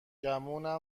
گمونم